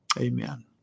Amen